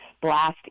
blast